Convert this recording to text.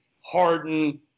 Harden